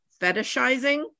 fetishizing